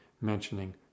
mentioning